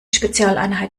spezialeinheit